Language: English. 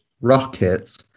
Rockets